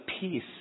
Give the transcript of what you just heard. peace